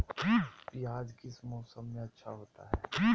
प्याज किस मौसम में अच्छा होता है?